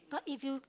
but if you